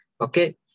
okay